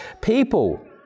people